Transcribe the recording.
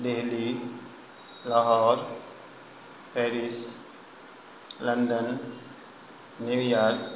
Delhi Lahore Paris London New York